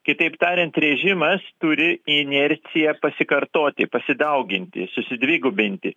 kitaip tariant režimas turi inerciją pasikartoti pasidauginti susidvigubinti